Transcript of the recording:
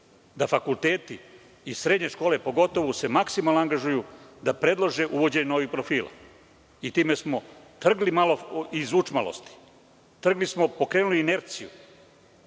da fakulteti i srednje škole se maksimalno angažuju da predlože uvođenje novih profila. Time smo se malo trgli iz učmalosti. Trgli se, pokrenuli inerciju.